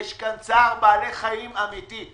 יש כאן צער בעלי חיים אמיתי.